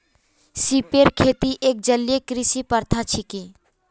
सिपेर खेती एक जलीय कृषि प्रथा छिके